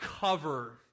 cover